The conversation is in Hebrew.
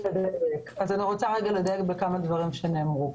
אני רוצה לדייק בכמה דברים שנאמרו פה: